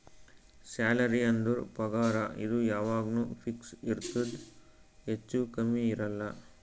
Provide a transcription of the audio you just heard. salary ಅಂದುರ್ ಪಗಾರ್ ಇದು ಯಾವಾಗ್ನು ಫಿಕ್ಸ್ ಇರ್ತುದ್ ಹೆಚ್ಚಾ ಕಮ್ಮಿ ಇರಲ್ಲ